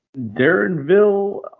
Darrenville